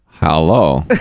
Hello